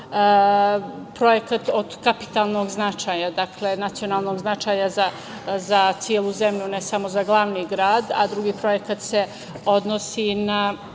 projekat od kapitalnog značaja, dakle nacionalnog značaja za celu zemlju, a ne samo za glavni grad. Drugi projekat je iz